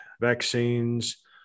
vaccines